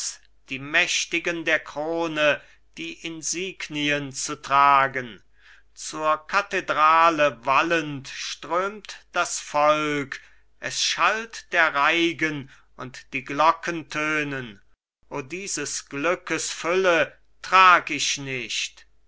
die mächtigen der krone die insignien zu tragen zur kathedrale wallend strömt das volk es schallt der reigen und die glocken tönen o dieses glückes fülle trag ich nicht